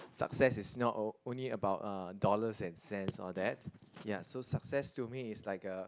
success is not on only about ah dollars and cents all that ya so success to me is like a